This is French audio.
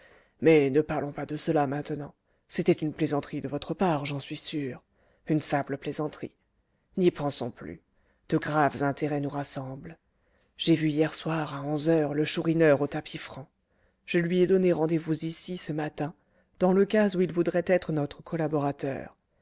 mais ne parlons pas de cela maintenant c'était une plaisanterie de votre part j'en suis sûr une simple plaisanterie n'y pensons plus de graves intérêts nous rassemblent j'ai vu hier soir à onze heures le chourineur au tapis franc je lui ai donné rendez-vous ici ce matin dans le cas où il voudrait être notre collaborateur